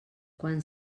quan